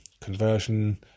conversion